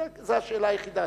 זה השאלה היחידה.